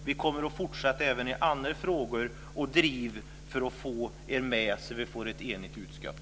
Vi kommer även i andra frågor att fortsätta att driva på för att få er med så att vi får ett enigt utskott.